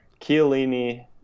Chiellini